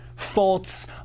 faults